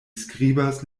skribas